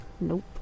Nope